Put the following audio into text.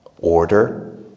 Order